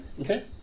Okay